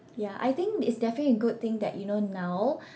ya I think it's definitely a good thing that you know now